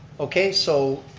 okay so,